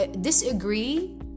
disagree